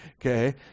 Okay